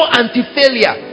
anti-failure